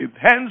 Hence